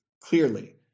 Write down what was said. clearly